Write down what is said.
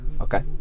Okay